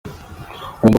ngomba